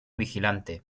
vigilante